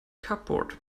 cupboard